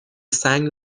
سنگ